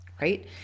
Right